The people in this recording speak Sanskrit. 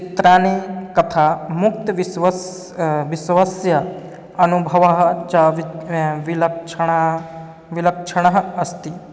चित्राणि कथा मुक्तविश्वस्य विश्वस्य अनुभवः च विद् विलक्षणा विलक्षणः अस्ति